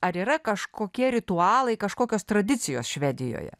ar yra kažkokie ritualai kažkokios tradicijos švedijoje